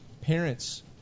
parents